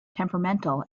temperamental